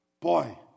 Boy